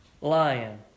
lion